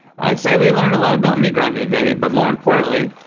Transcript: i'd say we learned a lot about meat grinding today but more importantly,